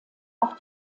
auch